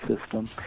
system